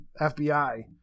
FBI